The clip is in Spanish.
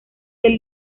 del